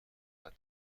دقت